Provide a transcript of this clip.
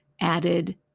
added